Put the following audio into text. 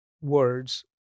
words